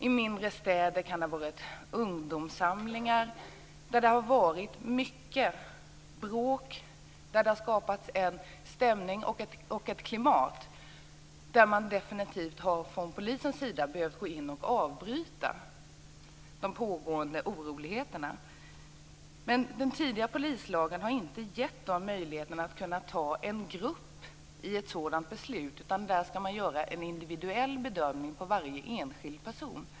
I mindre städer har det gällt ungdomssamlingar. Det har skapats en dålig stämning och ett dåligt klimat, och man har från polisens sida definitivt behövt gå in och avbryta de pågående oroligheterna. Den tidigare polislagen har inte givit polisen möjlighet att låta en grupp omfattas av ett sådant beslut. Man har varit tvungen att göra en individuell bedömning av varje enskild person.